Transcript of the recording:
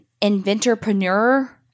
inventorpreneur